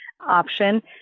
option